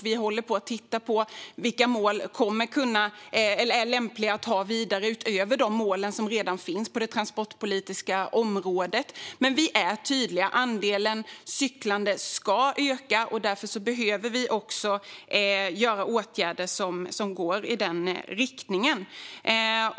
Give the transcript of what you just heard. Vi håller nu på och tittar på vilka mål som kommer att vara lämpliga att ha utöver de mål som redan finns på det transportpolitiska området. Men vi är tydliga. Andelen cyklande ska öka, och därför behöver vi vidta åtgärder som går i den riktningen.